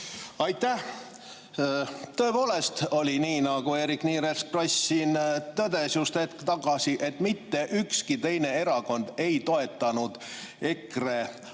Aitäh! Tõepoolest oli nii, nagu Eerik-Niiles Kross tõdes just hetk tagasi, et mitte ükski teine erakond ei toetanud EKRE avaldust